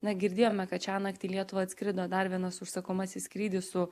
na girdėjome kad šiąnakt į lietuvą atskrido dar vienas užsakomasis skrydis su